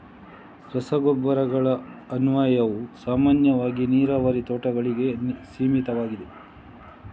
ರಸಗೊಬ್ಬರಗಳ ಅನ್ವಯವು ಸಾಮಾನ್ಯವಾಗಿ ನೀರಾವರಿ ತೋಟಗಳಿಗೆ ಸೀಮಿತವಾಗಿದೆ